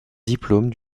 diplôme